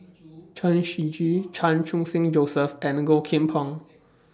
Chen Shiji Chan Khun Sing Joseph and Low Kim Pong